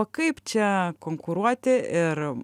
o kaip čia konkuruoti ir